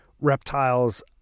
reptiles